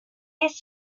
his